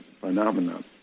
phenomenon